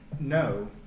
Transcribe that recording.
no